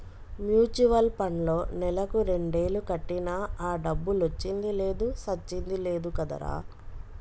mutual పండ్లో నెలకు రెండేలు కట్టినా ఆ డబ్బులొచ్చింది లేదు సచ్చింది లేదు కదరా